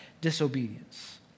disobedience